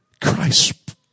Christ